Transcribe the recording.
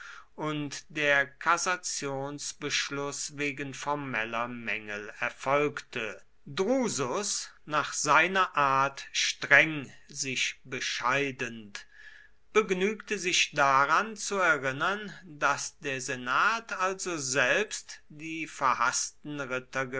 und der kassationsbeschluß wegen formeller mängel erfolgte drusus nach seiner art streng sich bescheidend begnügte sich daran zu erinnern daß der senat also selbst die verhaßten